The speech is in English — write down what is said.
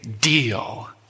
deal